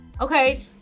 Okay